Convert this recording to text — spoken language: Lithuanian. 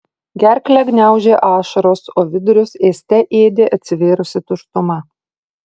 gerklę gniaužė ašaros o vidurius ėste ėdė atsivėrusi tuštuma